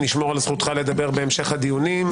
נשמור על זכותך לדבר בהמשך הדיונים.